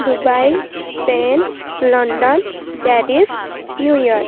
Dubai Spain London Paris New York